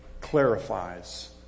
clarifies